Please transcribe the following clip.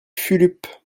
fulup